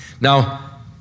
Now